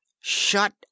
shut